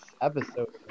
episode